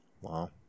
Wow